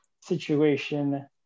situation